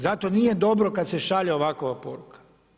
Zato nije dobro, kad se šalje ovakva poruka.